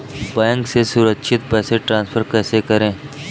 Bank से सुरक्षित पैसे ट्रांसफर कैसे करें?